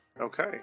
Okay